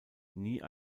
nie